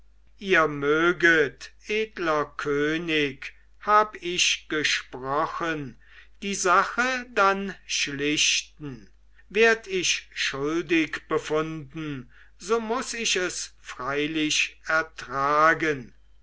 ihr möget edler könig hab ich gesprochen die sache dann schlichten werd ich schuldig befunden so muß ich es freilich ertragen